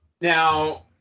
Now